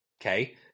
Okay